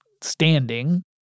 standing